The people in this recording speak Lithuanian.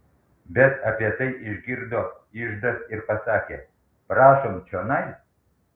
bet apie tai išgirdo iždas ir pasakė prašom čionai